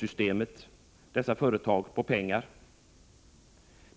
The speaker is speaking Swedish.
just dessa företag på pengar.